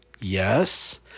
yes